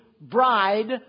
bride